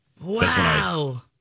Wow